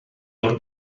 ond